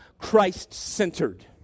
Christ-centered